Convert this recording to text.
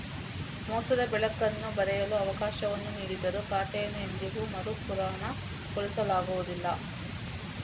ಮೋಸದ ಚೆಕ್ಗಳನ್ನು ಬರೆಯಲು ಅವಕಾಶವನ್ನು ನೀಡಿದರೂ ಖಾತೆಯನ್ನು ಎಂದಿಗೂ ಮರುಪೂರಣಗೊಳಿಸಲಾಗುವುದಿಲ್ಲ